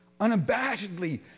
unabashedly